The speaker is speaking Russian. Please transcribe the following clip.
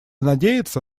надеяться